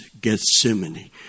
Gethsemane